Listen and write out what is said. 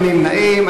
נמנעים.